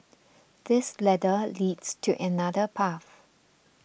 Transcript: this ladder leads to another path